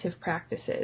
practices